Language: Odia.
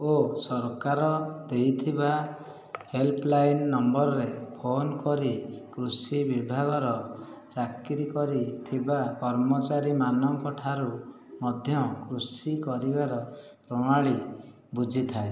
ଓ ସରକାର ଦେଇଥିବା ହେଲ୍ପଲାଇନ୍ ନମ୍ବରରେ ଫୋନ୍ କରି କୃଷିବିଭାଗର ଚାକିରୀ କରିଥିବା କର୍ମଚାରୀମାନଙ୍କ ଠାରୁ ମଧ୍ୟ କୃଷି କରିବାର ପ୍ରଣାଳୀ ବୁଝିଥାଏ